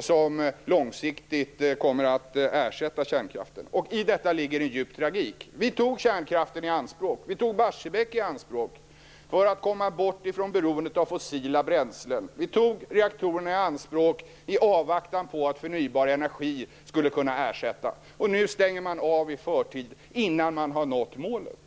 som långsiktigt kommer att ersätta kärnkraften. I detta ligger en djup tragik. Vi tog kärnkraften och Barsebäck i anspråk för att komma bort från beroendet av fossila bränslen. Vi tog reaktorerna i anspråk i avvaktan på att förnybar energi skulle kunna bli en ersättning. Nu stänger man av i förtid, innan målet har nåtts.